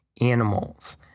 animals